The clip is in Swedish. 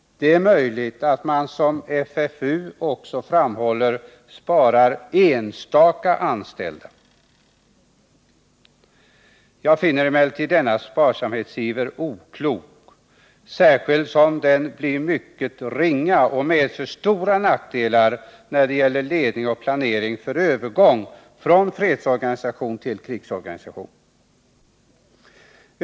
Det är möjligt att man, som FFU också framhåller, sparar enstaka anställda. Jag finner emellertid denna sparsamhetsiver oklok, särskilt som den blir mycket ringa och medför stora nackdelar när det gäller ledning och planering för övergång från fredsorganisation till krigsorganisation.